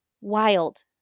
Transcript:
Wild